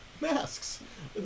masks